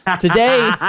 Today